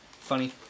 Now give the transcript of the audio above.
Funny